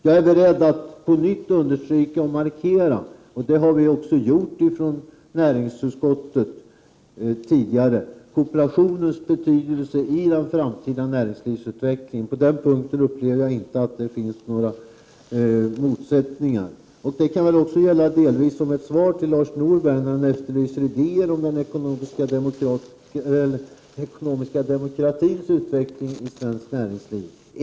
Jag är beredd att på nytt understryka — det har vi också markerat tidigare från näringsutskottet — kooperationens betydelse i den framtida näringsliv sutvecklingen. På den punkten upplever jag inte att det finns några motsätt — Prot. 1989/90:45 ningar. 13 december 1989 Det kan också delvis vara ett svar till Lars Norberg, som efterlyste idéer. äg om den ekonomiska demokratins utveckling i svenskt näringsliv.